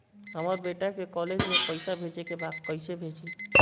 हमर बेटा के कॉलेज में पैसा भेजे के बा कइसे भेजी?